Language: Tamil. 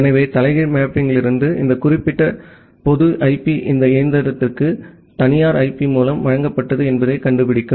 எனவே தலைகீழ் மேப்பிங்கிலிருந்து இந்த குறிப்பிட்ட பொது ஐபி இந்த இயந்திரத்திற்கு தனியார் ஐபி மூலம் வழங்கப்பட்டது என்பதைக் கண்டுபிடிக்கும்